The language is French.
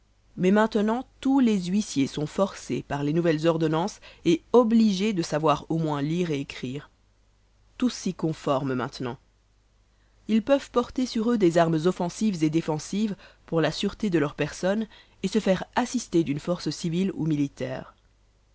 mais maintenant tous les huissiers sont forcés par les nouvelles ordonnances et obligés de savoir au moins lire et écrire tous s'y conforment maintenant ils peuvent porter sur eux des armes offensives et défensives pour la sûreté de leur personne et se faire assister d'une force civile ou militaire